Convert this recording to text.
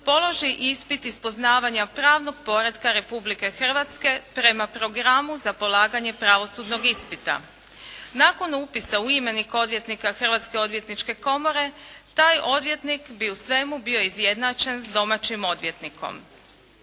položi ispit iz poznavanja pravnog poretka Republike Hrvatske prema programu za polaganje pravosudnog ispita. Nakon upisa u imenik odvjetnika Hrvatske odvjetničke komore taj odvjetnik bi u svemu bio izjednačen s domaćim odvjetnikom.